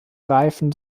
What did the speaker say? reifen